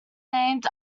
named